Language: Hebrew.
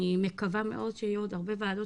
אני מקווה מאוד שיהיה עוד הרבה וועדות